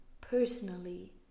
personally